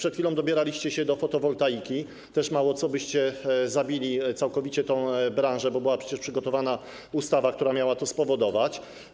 Niedawno dobieraliście się do fotowoltaiki, też mało co, a zabilibyście całkowicie tę branżę, bo była przecież przygotowana ustawa, która miała to spowodować.